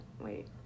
Wait